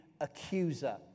accuser